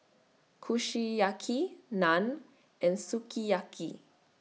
Kushiyaki Naan and Sukiyaki